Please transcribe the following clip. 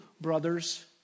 brothers